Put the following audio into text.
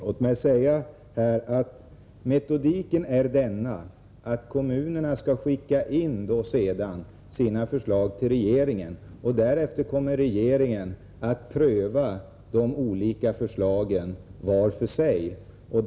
Låt mig dock säga att metodiken är den att kommunen skall skicka in sina förslag till regeringen, och därefter kommer regeringen att pröva de olika förslagen vart för sig.